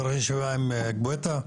צריך ישיבה עם שמעון גואטה?